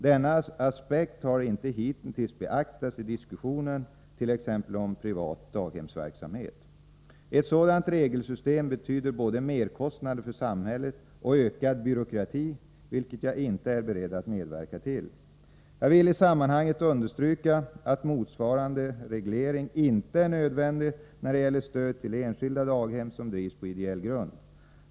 Denna aspekt har inte hitintills beaktats i diskussionen om t.ex. privat daghemsverksamhet. Ett sådant regelsystem betyder både merkostnader för samhället och ökad byråkrati, vilket jag inte är beredd att medverka till. Jag vill i sammanhanget understryka att motsvarande reglering inte är nödvändig när det gäller stöd till enskilda daghem som drivs på ideell grund.